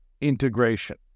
integration